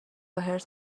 حرص